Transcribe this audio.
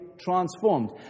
transformed